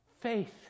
faith